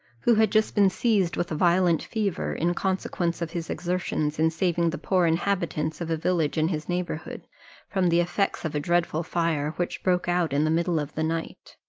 who had just been seized with a violent fever, in consequence of his exertions in saving the poor inhabitants of a village in his neighbourhood from the effects of a dreadful fire, which broke out in the middle of the night.